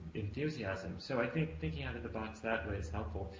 enthusiasm. so, i think, thinking out of the box that way is helpful.